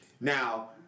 Now